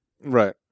Right